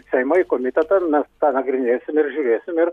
seimo į komitetą mes tą nagrinėsim ir žiūrėsim ir